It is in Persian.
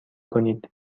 کنید